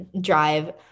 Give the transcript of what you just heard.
drive –